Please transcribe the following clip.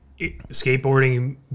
skateboarding